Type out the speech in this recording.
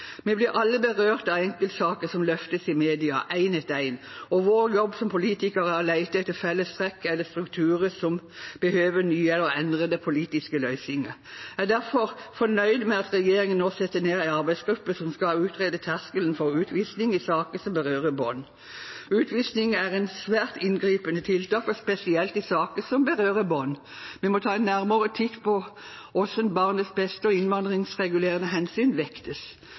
Vi blir alle berørt av enkeltsaker som løftes i media en etter en, og vår jobb som politikere er å lete etter fellestrekk eller strukturer som behøver nye eller endrede politiske løsninger. Jeg er derfor fornøyd med at regjeringen nå setter ned en arbeidsgruppe som skal utrede terskelen for utvisning i saker som berører barn. Utvisning er et svært inngripende tiltak, og spesielt i saker som berører barn. Vi må ta en nærmere titt på hvordan barnets beste og innvandringsregulerende hensyn vektes.